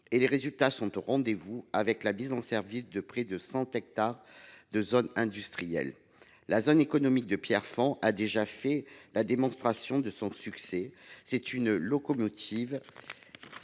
Les résultats sont au rendez vous, avec la mise en service de près de 100 hectares de zones industrielles. La zone économique de Pierrefonds a d’ores et déjà fait la démonstration de son succès. C’est une locomotive,